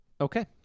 Okay